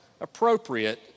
appropriate